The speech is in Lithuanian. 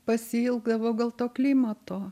pasiilgdavau gal to klimato